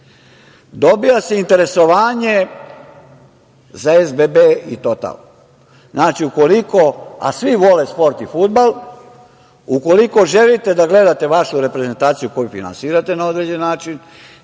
Dobija se interesovanje za SBB i "Total". Znači, ukoliko, a svi vole sport i fudbal, ukoliko želite da gledate vašu reprezentaciju koju finansirate na određen način,